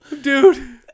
Dude